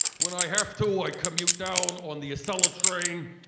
when i have to i commute down on the acela train,